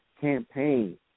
campaign